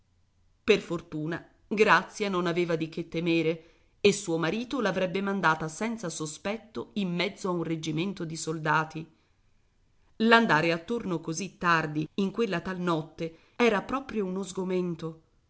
per fortuna grazia non aveva di che temere e suo marito l'avrebbe mandata senza sospetto in mezzo a un reggimento di soldati l'andare attorno così tardi in quella tal notte era proprio uno sgomento